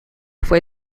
fue